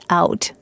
out